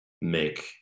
make